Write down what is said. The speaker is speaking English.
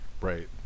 right